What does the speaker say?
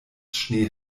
schnee